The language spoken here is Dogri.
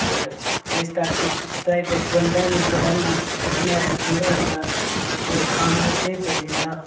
और एह् स्टार्टिंग दा ई बचपन दा ही में करा'रना फिटनेस रौंह्दा बंदा और खाना बी स्हेई पची जंदा